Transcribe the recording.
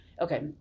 Okay